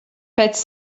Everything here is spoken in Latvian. pēc